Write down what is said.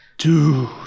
dude